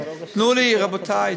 תנו לי, רבותי.